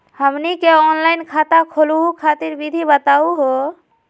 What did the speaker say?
हमनी के ऑनलाइन खाता खोलहु खातिर विधि बताहु हो?